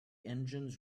engines